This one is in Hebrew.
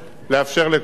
לאפשר לכולם,